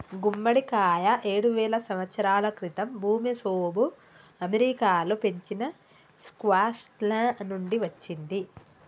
గుమ్మడికాయ ఏడువేల సంవత్సరాల క్రితం ఋమెసోఋ అమెరికాలో పెంచిన స్క్వాష్ల నుండి వచ్చింది